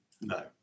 no